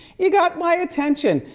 you got my attention,